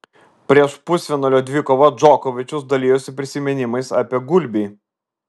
prieš pusfinalio dvikovą džokovičius dalijosi prisiminimais apie gulbį